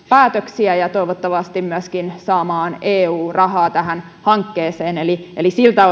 päätöksiä ja toivottavasti myöskin saamaan eu rahaa tähän hankkeeseen eli eli siltä